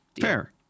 fair